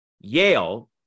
yale